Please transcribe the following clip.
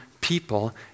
people